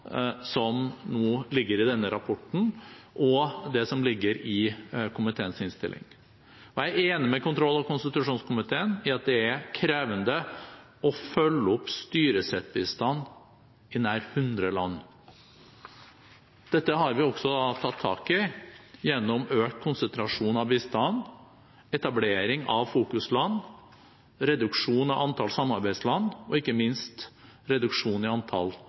som nå ligger i denne rapporten, og det som ligger i komiteens innstilling. Jeg er enig med kontroll- og konstitusjonskomiteen i at det er krevende å følge opp styresettbistand i nær 100 land. Dette har vi også tatt tak i gjennom økt konsentrasjon av bistand, etablering av fokusland, reduksjon av antall samarbeidsland og ikke minst reduksjon i antall